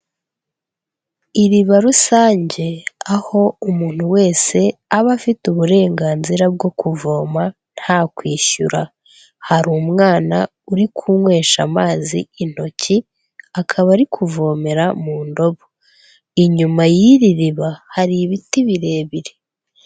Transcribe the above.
Iribarusange, aho umuntu wese aba afite uburenganzira bwo kuvoma nta kwishyura. Hari umwana uri kunywesha amazi intoki, akaba ari kuvomera mu ndobo. Inyuma y'iri riba hari ibiti birebire.